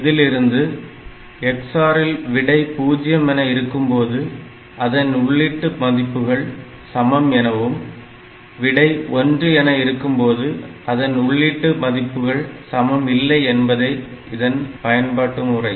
இதிலிருந்து XOR இல் விடை 0 என இருக்கும்போது அதன் உள்ளீட்டு மதிப்புகள் சமம் எனவும் விடை 1 என இருக்கும்போது அதன் உள்ளீட்டு மதிப்புகள் சமம் இல்லை என்பதே இதன் பயன்பாட்டுமுறை